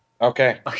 Okay